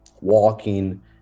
walking